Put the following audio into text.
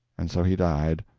and so he died,